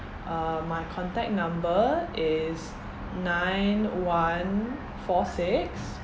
uh my contact number is nine one four six